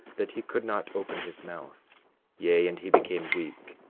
that he could not open his mouth yea, and he became weak,